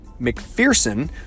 McPherson